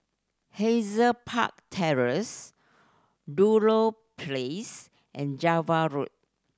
Hazel Park Terrace Ludlow Place and Java Road